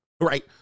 right